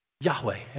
Yahweh